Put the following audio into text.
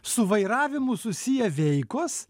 su vairavimu susiję veikos